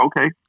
okay